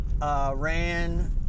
ran